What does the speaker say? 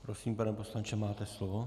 Prosím, pane poslanče, máte slovo.